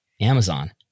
Amazon